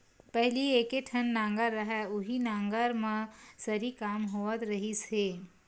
पहिली एके ठन नांगर रहय उहीं नांगर म सरी काम होवत रिहिस हे